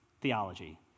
theology